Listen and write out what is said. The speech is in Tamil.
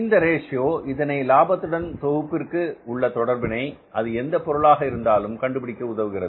இந்த ரேஷியோ இதனை லாபத்துடன் தொகுப்பிற்கு உள்ள தொடர்பினை அது எந்த பொருளாக இருந்தாலும் கண்டுபிடிக்க உதவுகிறது